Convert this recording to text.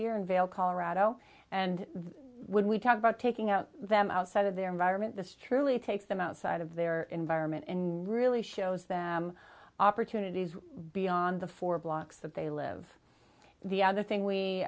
year in vail colorado and when we talk about taking out them outside of their environment this truly takes them outside of their environment and really shows them opportunities beyond the four blocks that they live the other thing we